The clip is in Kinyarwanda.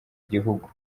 gihugu